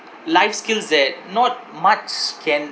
life skills that not much can